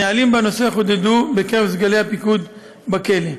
הנהלים בנושא חודדו בקרב סגלי הפיקוד בכלא.